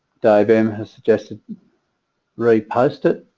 diagram has suggested repost it